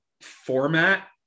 format